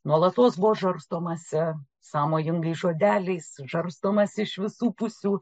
nuolatos buvo žarstomasi sąmojingais žodeliais žarstomasi iš visų pusių